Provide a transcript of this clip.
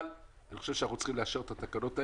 אבל אני חושב שאנחנו צריכים לאשר את התקנות האלה,